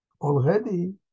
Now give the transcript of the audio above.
Already